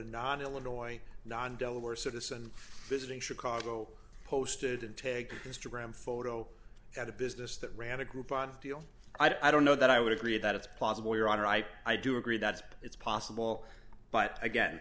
non illinois non delaware citizen visiting chicago posted and take instagram photo at a business that ran a group deal i don't know that i would agree that it's possible your honor i do agree that's it's possible but again